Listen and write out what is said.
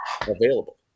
available